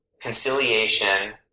conciliation